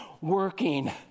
working